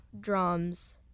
drums